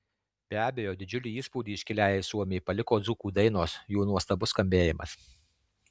be abejo didžiulį įspūdį iškiliajai suomei paliko dzūkų dainos jų nuostabus skambėjimas